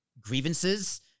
grievances